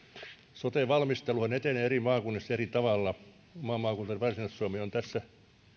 sote valmisteluhan etenee eri maakunnissa eri tavalla oma maakuntani varsinais suomi on tässä